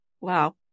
Wow